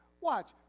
Watch